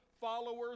followers